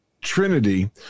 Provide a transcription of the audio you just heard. Trinity